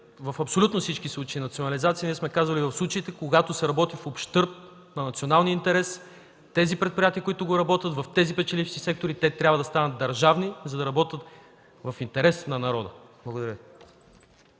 „в абсолютно всички случаи национализация”. Ние сме казвали – в случаите, когато се работи в ущърб на националния интерес, тези предприятия, които го правят в печелившите сектори, те трябва да станат държавни, за да работят в интерес на народа. Благодаря